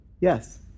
Yes